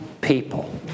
people